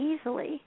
easily